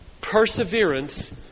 Perseverance